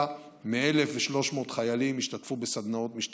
מ-1,300 חיילים השתתפו בסדנאות משתחררים.